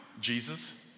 Jesus